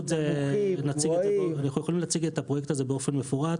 אנחנו יכולים להציג את הפרויקט הזה באופן מפורט.